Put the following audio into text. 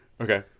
Okay